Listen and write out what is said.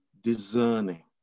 discerning